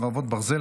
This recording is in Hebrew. חרבות ברזל),